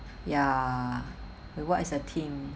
ya we work as a team